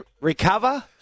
recover